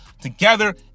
together